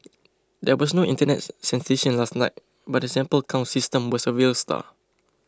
there was no Internet sensation last night but the sample count system was a real star